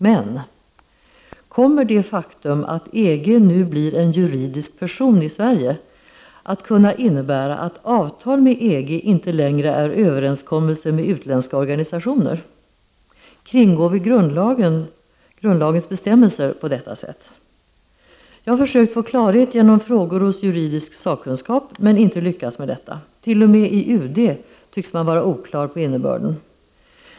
Men kommer det faktum att EG nu blir en juridisk person i Sverige att kunna innebära att avtal med EG inte längre är överenskommelser med utländska organisationer? Kringgår vi grundlagens bestämmelser på detta sätt? Jag har försökt få klarhet genom frågor hos juridisk sakkunskap, men inte lyckats med detta. T.o.m. i UD tycks man vara oklar om innebörden.